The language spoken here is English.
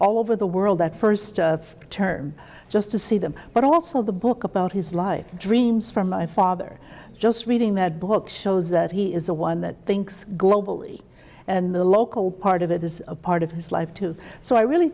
all over the world that first term just to see them but also the book about his life dreams from my father just reading that book shows that he is the one that thinks globally and the local part of it is a part of his life too so i really